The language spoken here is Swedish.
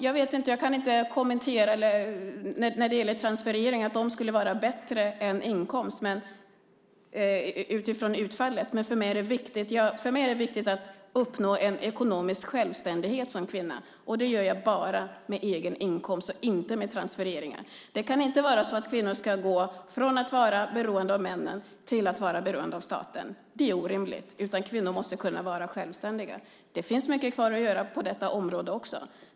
Jag kan inte kommentera om transfereringarna skulle vara bättre än inkomst utifrån utfallet. För mig är det viktigt att uppnå en ekonomisk självständighet som kvinna. Det gör jag bara med egen inkomst och inte med transfereringar. Det kan inte vara så att kvinnor ska gå från att vara beroende av männen till att vara beroende av staten. Det är orimligt. Kvinnor måste kunna vara självständiga. Det finns mycket kvar att göra på detta område också.